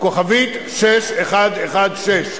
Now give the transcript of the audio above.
6116*,